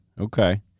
Okay